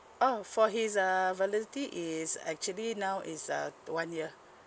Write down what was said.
oh for his uh validity is actually now is uh one year